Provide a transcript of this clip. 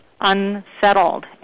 Unsettled